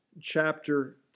chapter